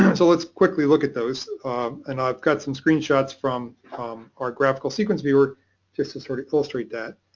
and so let's quickly look at those and i've got some screenshots from our graphical sequence viewer just to sort of illustrate that.